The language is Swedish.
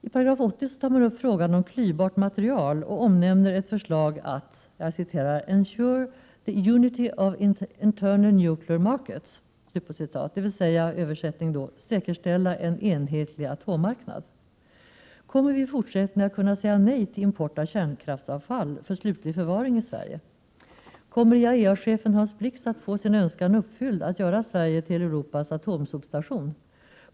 I § 80 tar man upp frågan om klyvbart material och omnämner ett förslag att ”ensure —-—-- the unity of the internal nuclear market”, dvs. att ”säkerställa ——— en enhetlig atommarknad”. Kommer vi i fortsättningen att kunna säga nej till import av kärnkraftsavfall för slutlig förvaring i Sverige? Kommer IAEA-chefen Hans Blix att få sin önskan uppfylld att göra Sverige till Europas atomsopstation?